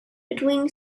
between